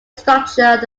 structure